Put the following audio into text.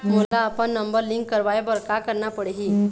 मोला अपन number link करवाये बर का करना पड़ही?